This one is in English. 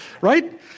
Right